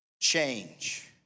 change